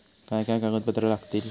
काय काय कागदपत्रा लागतील?